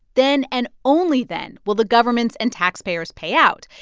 then and only then will the governments and taxpayers pay out.